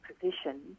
position